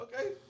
Okay